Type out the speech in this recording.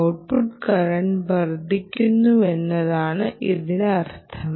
output current വർദ്ധിക്കുന്നു എന്നാണ് ഇതിനർത്ഥം